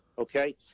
Okay